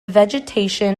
vegetation